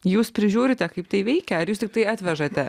jūs prižiūrite kaip tai veikia ar jūs tiktai atvežate